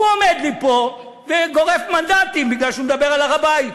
הוא עומד לי פה וגורף מנדטים מפני שהוא מדבר על הר-הבית.